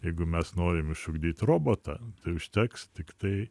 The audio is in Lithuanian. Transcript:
jeigu mes norim išugdyt robotą tai užteks tiktai